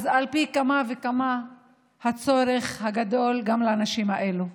אז על אחת כמה וכמה הצורך של הנשים האלה גדול.